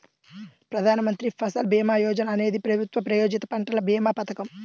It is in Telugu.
ప్రధాన్ మంత్రి ఫసల్ భీమా యోజన అనేది ప్రభుత్వ ప్రాయోజిత పంటల భీమా పథకం